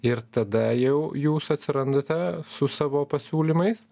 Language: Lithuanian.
ir tada jau jūs atsirandate su savo pasiūlymais